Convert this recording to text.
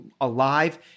alive